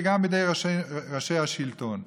וגם בידי ראשי השלטון.